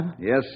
Yes